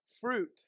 fruit